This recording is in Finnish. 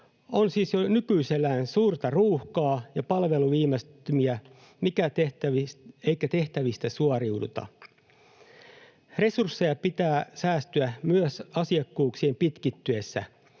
On siis jo nykyisellään suurta ruuhkaa ja palveluviivästymiä, eikä tehtävistä suoriuduta. Resursseja pitää lisätä myös asiakkuuksien pitkittyessä.